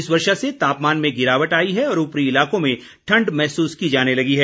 इस वर्षा से तापमान में गिरावट आई है और ऊपरी इलाकों में ठण्ड महसूस की जाने लगी है